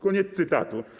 Koniec cytatu.